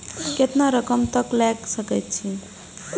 केतना रकम तक ले सके छै?